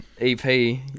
EP